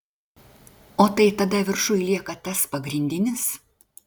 o tai tada viršuj lieka tas pagrindinis